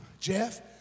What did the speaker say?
Jeff